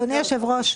אדוני היושב-ראש,